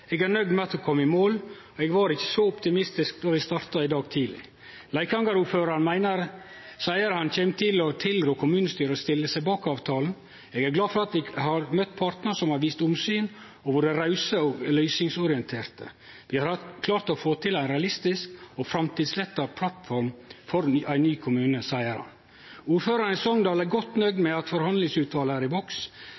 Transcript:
eg var ikkje så optimistisk då me starta den siste forhandlingsdagen.» Leikanger-ordføraren sa han kjem til å tilrå kommunestyret å stille seg bak avtalen. Han var glad for «at me har møtt partar som har vist omsyn, vore rause og løysingsorienterte og at me har klart å få til det eg trur er ei veldig realistisk og framtidsretta plattform for ein ny kommune». Ordføraren i Sogndal var godt nøgd